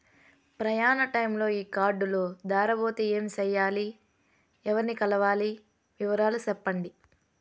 ప్రయాణ టైములో ఈ కార్డులు దారబోతే ఏమి సెయ్యాలి? ఎవర్ని కలవాలి? వివరాలు సెప్పండి?